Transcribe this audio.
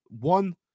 one